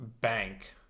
bank